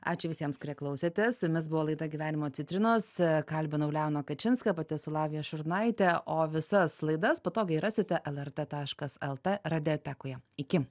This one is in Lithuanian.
ačiū visiems kurie klausotės su jumis buvo laida gyvenimo citrinos kalbinau leoną kačinską pati esu lavija šurnaitė o visas laidas patogiai rasite lrt taškas lt radiotekoje iki